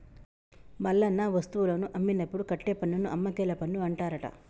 మల్లన్న వస్తువులను అమ్మినప్పుడు కట్టే పన్నును అమ్మకేల పన్ను అంటారట